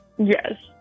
yes